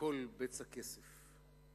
הכול בצע כסף.